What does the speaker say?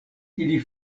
ili